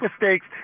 mistakes